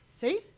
See